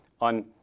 on